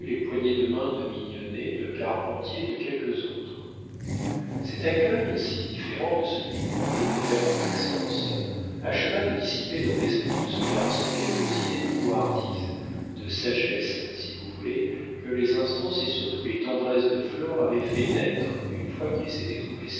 poignées de main de mignonnet de carpentier et de quelques autres cet accueil si différent de celui qu'on venait de faire à maxence acheva de dissiper dans l'esprit de ce garçon quelques idées de couardise de sagesse si vous voulez que les instances et surtout les tendresses de flore avaient fait naître une fois qu'il s'était trouvé